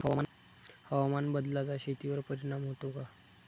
हवामान बदलाचा शेतीवर परिणाम होतो का?